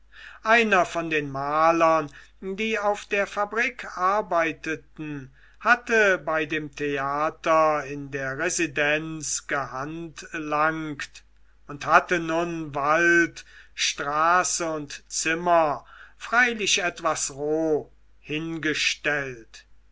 einer von den malern die auf der fabrik arbeiteten hatte bei dem theater in der residenz gehandlangt und hatte nun wald straße und zimmer freilich etwas roh hingestellt